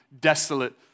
desolate